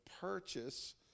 purchase